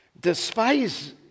Despise